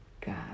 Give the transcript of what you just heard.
God